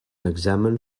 examen